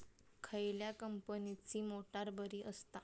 खयल्या कंपनीची मोटार बरी असता?